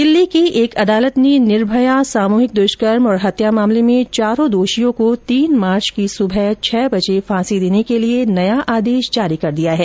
दिल्ली की एक अदालत ने निर्भया सामूहिक दुष्कर्म और हत्या मामले में चारों दोषियों को तीन मार्च की सुबह छह बजे फांसी देने के लिए नया आदेश जारी कर दिया है